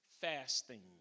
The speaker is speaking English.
fasting